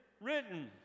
written